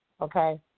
okay